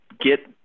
get